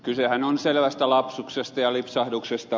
kysehän on selvästä lapsuksesta ja lipsahduksesta